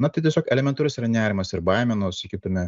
na tai tiesiog elementarus yra nerimas ir baimė nors sakytume